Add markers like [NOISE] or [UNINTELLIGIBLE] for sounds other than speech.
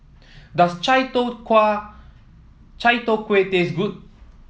does Chai Tow [UNINTELLIGIBLE] Chai Tow Kuay taste good